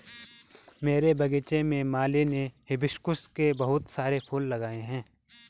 मेरे बगीचे में माली ने हिबिस्कुस के बहुत सारे फूल लगाए हैं